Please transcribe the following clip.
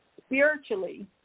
spiritually